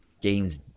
games